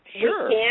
Sure